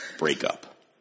breakup